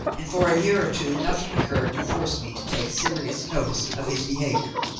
and for a year or two nothing occurred to force me to take serious notice of his behaviour.